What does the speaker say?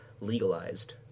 legalized